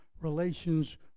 relations